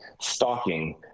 stalking